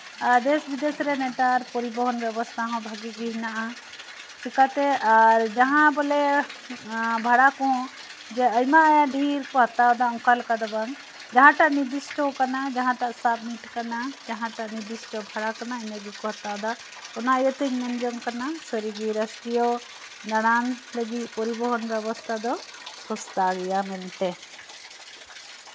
ᱟᱨ ᱫᱮᱥᱼᱵᱤᱫᱮᱥ ᱨᱮ ᱱᱮᱛᱟᱨ ᱯᱚᱨᱤᱵᱚᱦᱚᱱ ᱵᱮᱵᱚᱥᱛᱷᱟ ᱦᱚᱸ ᱵᱷᱟᱹᱜᱤ ᱜᱮ ᱢᱮᱱᱟᱜᱼᱟ ᱪᱤᱠᱟᱛᱮ ᱡᱟᱦᱟᱸᱭ ᱵᱷᱟᱲᱟ ᱠᱚ ᱟᱭᱢᱟ ᱰᱷᱮᱨ ᱠᱚ ᱦᱟᱛᱟᱣ ᱫᱟ ᱚᱱᱠᱟ ᱞᱮᱠᱟ ᱫᱚ ᱵᱟᱝ ᱡᱟᱦᱟᱸᱴᱟᱜ ᱱᱤᱨᱫᱤᱥᱴᱚ ᱠᱟᱱᱟ ᱡᱟᱦᱟᱸᱴᱟᱜ ᱥᱟᱢᱢᱤᱴ ᱠᱟᱱᱟ ᱡᱟᱦᱟᱸᱴᱟᱜ ᱱᱤᱨᱫᱤᱥᱴᱚ ᱵᱷᱟᱲᱟ ᱠᱟᱱᱟ ᱚᱱᱟ ᱤᱭᱟᱹ ᱛᱤᱧ ᱢᱮᱱ ᱡᱚᱝ ᱠᱟᱱᱟ ᱨᱟᱥᱴᱤᱨᱤᱭᱚ ᱫᱟᱲᱟᱱ ᱞᱟᱹᱜᱤᱫ ᱯᱚᱨᱤᱵᱚᱦᱚᱱ ᱵᱮᱵᱚᱥᱛᱷᱟ ᱫᱚ ᱥᱚᱥᱛᱟ ᱜᱮᱭᱟ ᱢᱮᱱᱛᱮ